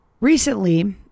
Recently